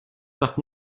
parc